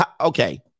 Okay